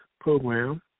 program